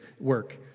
work